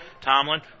Tomlin